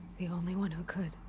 the only one who could.